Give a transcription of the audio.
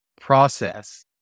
process